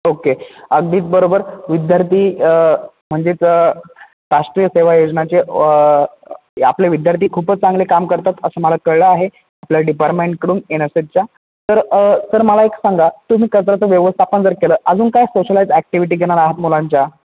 okay अगदीच बरोबर विद्यार्थी म्हणजेच राष्ट्रीय सेवा योजनाचे आपले विद्यार्थी खूपच चांगले काम करतात असं मला कळलं आहे आपल्या डिपारमेंटकडून एन सेच्या तर सर मला एक सांगा तुम्ही कचऱ्याचं व्यवस्थापन जर केलं अजून काय सोशलाईज ॲक्टिव्हिटी घेणार आहात मुलांच्या